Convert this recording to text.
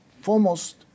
foremost